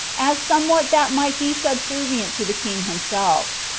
as somewhat that might be subservient to the king himself.